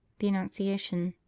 the annunciation.